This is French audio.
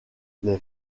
les